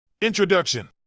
Introduction